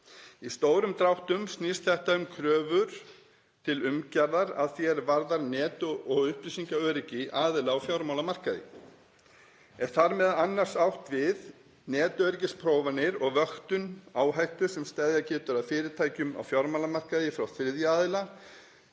Í stórum dráttum snýst þetta um kröfur til umgjarðar að því er varðar net- og upplýsingaöryggi aðila á fjármálamarkaði. Er þar meðal annars átt við netöryggisprófanir og vöktun áhættu sem steðjað getur að fyrirtæki á fjármálamarkaði frá þriðja aðila